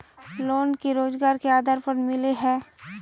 Loan की रोजगार के आधार पर मिले है?